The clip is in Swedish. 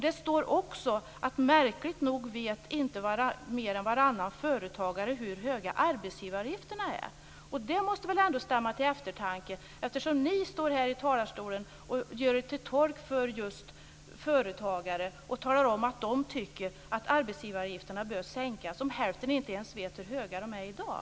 Det står också att märkligt nog vet inte mer än varannan företagare hur höga arbetsgivaravgifterna är. Det måste väl ändå stämma till eftertanke eftersom ni står här i talarstolen och gör er till tolk just för företagare och talar om att de tycker att arbetsgivaravgifterna bör sänkas. Hälften vet ju inte ens hur höga de är i dag.